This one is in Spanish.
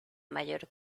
mayor